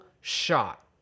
shot